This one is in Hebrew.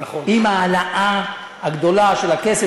עם ההעלאה הגדולה של הכסף,